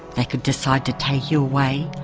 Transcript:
they could decide to take you away,